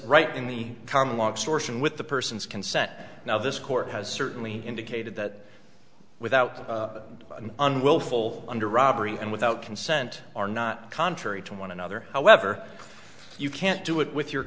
right in the common law source and with the person's consent now this court has certainly indicated that without an willful under robbery and without consent are not contrary to one another however you can't do it with your